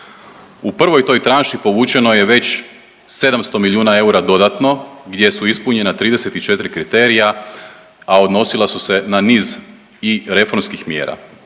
U prvoj toj tranši povućeno je već 700 milijuna eura dodatno gdje su ispunjena 34 kriterija, a odnosila su se na niz i reformskih mjera.